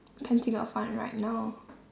can't think of one right now